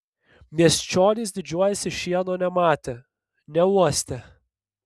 miesčionys didžiuojasi šieno nematę neuostę